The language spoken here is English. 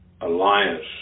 alliance